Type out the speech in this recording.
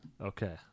Okay